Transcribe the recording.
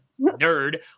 nerd